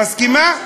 מסכימה?